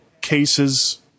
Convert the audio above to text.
cases